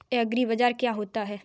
एग्रीबाजार क्या होता है?